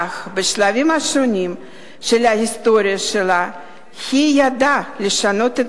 אך בשלבים השונים של ההיסטוריה שלה היא ידעה לשנות את